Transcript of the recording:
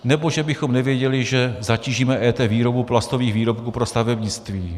Nebo že bychom nevěděli, že zatížíme EET 15.12 výrobu plastových výrobků pro stavebnictví.